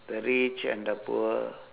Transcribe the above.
the rich and the poor